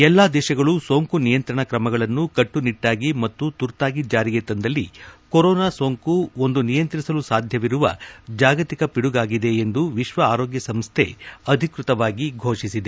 ಎಲ್ಲಾ ದೇಶಗಳು ಸೋಂಕು ನಿಯಂತ್ರಣದ ಕ್ರಮಗಳನ್ನು ಕಟ್ಪುನಿಟ್ಲಾಗಿ ಮತ್ತು ತುರ್ತಾಗಿ ಜಾರಿಗೆ ತಂದಲ್ಲಿ ಕೊರೋನಾ ಸೋಂಕು ಒಂದು ನಿಯಂತ್ರಿಸಲು ಸಾಧ್ಯವಿರುವ ಜಾಗತಿಕ ಪಿಡುಗಾಗಿದೆ ಎಂದು ವಿಶ್ವ ಆರೋಗ್ಯ ಸಂಸ್ವೆ ಅಧಿಕೃತವಾಗಿ ಘೋಷಿಸಿದೆ